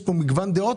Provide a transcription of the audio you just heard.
נשמע כאן מגוון דעות,